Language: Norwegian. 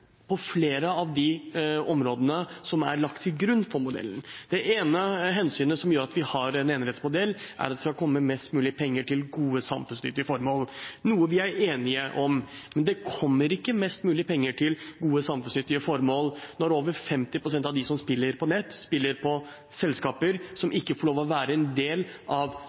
på flere av de områdene som er lagt til grunn for modellen. Det ene hensynet som gjør at vi har en enerettsmodell, er at det skal komme mest mulig penger til gode samfunnsnyttige formål, noe vi er enige om. Men det kommer ikke mest mulig penger til gode samfunnsnyttige formål når over 50 pst. av dem som spiller på nett, spiller på selskaper som ikke får lov til å være en del av